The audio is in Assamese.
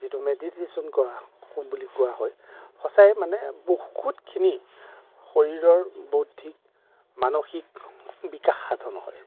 যিটো মেডিটেশ্ব্যন কৰা বুলি কোৱা হয় সঁচাই মানে বহুতখিনি শৰীৰৰ বৌদ্ধিক মানসিক বিকাশ সাধন হয়